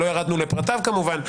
לא ירדנו לפרטיו כמובן,